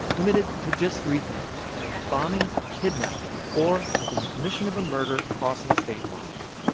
limited to just three things bombings, kidnappings or, if in the commission of a murder, crossing state lines.